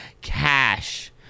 cash